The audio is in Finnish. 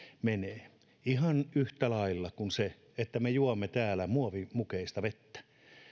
menevät ihan yhtä lailla kun me juomme täällä muovimukeista vettä